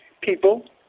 people